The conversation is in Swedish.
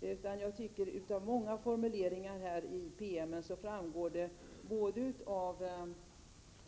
Detta framgår av många formuleringar i promemorian och av